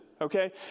Okay